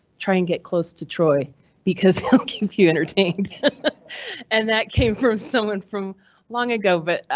try and get close to troy because he'll keep you entertained and that came from someone from long ago, but.